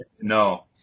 No